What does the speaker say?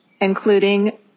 including